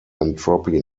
entropy